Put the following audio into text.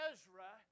Ezra